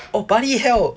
oh bloody hell